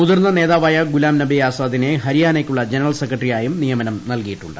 മുതിർന്ന നേതാവായ ഗുലാം നബി ആസാദിന്റെ ഫ്രി്യാനയ്ക്കുള്ള ജനറൽ സെക്രട്ടറിയായും നിയിമ്ന്റ് നൽകിയിട്ടുണ്ട്